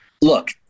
Look